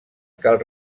cal